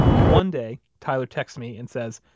and one day tyler texts me and says,